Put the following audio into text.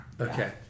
Okay